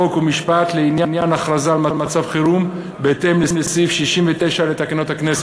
חוק ומשפט לעניין הכרזה על מצב חירום בהתאם לסעיף 69 לתקנון הכנסת.